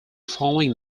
following